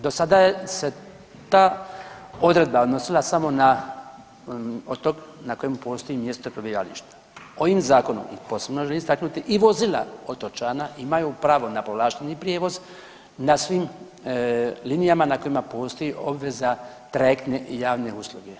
Do sada se ta odredba odnosila samo na otok na kojem postoji mjesto prebivališta, ovim zakonom i to se mora istaknuti i vozila otočana imaju pravo na povlašteni prijevoz na svim linijama na kojima postoji obveza trajektne i javne usluge.